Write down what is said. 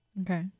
okay